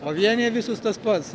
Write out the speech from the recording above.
o vienija visus tas pats